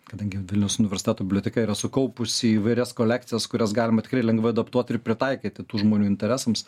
kadangi vilniaus universiteto biblioteka yra sukaupusi įvairias kolekcijas kurias galima tikrai lengvai adaptuot ir pritaikyti tų žmonių interesams